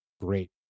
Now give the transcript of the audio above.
Great